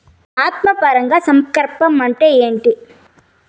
ఆత్మ పరాగ సంపర్కం అంటే ఏంటి?